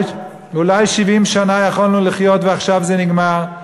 אולי 70 שנה יכולנו לחיות ועכשיו זה נגמר?